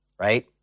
Right